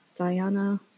Diana